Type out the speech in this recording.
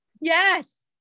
Yes